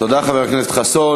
תודה, חבר הכנסת חסון.